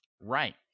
right